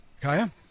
Kaya